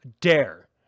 Dare